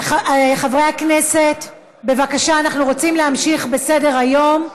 חברי הכנסת, בבקשה, אנחנו רוצים להמשיך בסדר-היום.